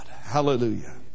Hallelujah